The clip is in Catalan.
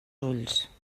ulls